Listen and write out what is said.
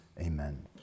amen